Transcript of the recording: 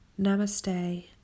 Namaste